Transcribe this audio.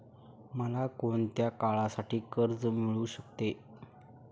मला कोणत्या काळासाठी कर्ज मिळू शकते?